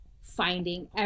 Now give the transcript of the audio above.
finding